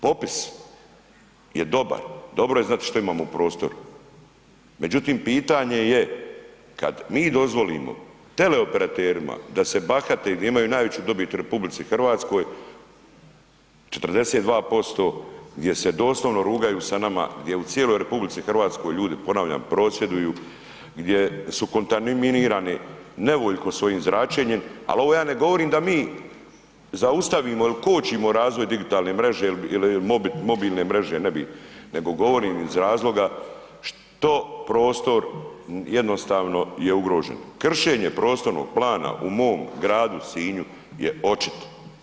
Popis je dobar, dobro je znati šta imamo u prostoru, međutim pitanje je kad mi dozvolimo teleoperaterima da se bahate i da imaju najveću dobit u RH, 42% gdje se doslovno rugaju sa nama, gdje u cijeloj RH ljudi, ponavljam, prosvjeduju, gdje su kontaminirani nevoljko s ovim zračenjem, al ovo ja ne govorim da mi zaustavimo il kočimo razvoj digitalne mreže il mobilne mreže, nebi, nego govorim iz razloga što prostor jednostavno je ugrožen, kršenje prostornog plana u mom gradu Sinju je očit.